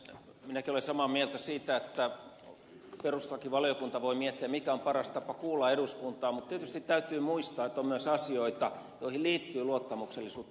minäkin olen samaa mieltä siitä että perustuslakivaliokunta voi miettiä mikä on paras tapa kuulla eduskuntaa mutta tietysti täytyy muistaa että on myös asioita joihin liittyy luottamuksellisuutta